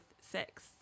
sex